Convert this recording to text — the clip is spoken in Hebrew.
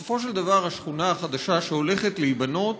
בסופו של דבר, השכונה החדשה שהולכת להיבנות